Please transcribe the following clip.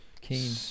Keen